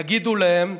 תגידו להן: